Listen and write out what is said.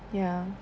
ya